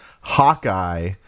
Hawkeye